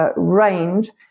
range